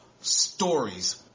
stories